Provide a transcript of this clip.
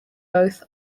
both